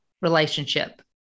relationship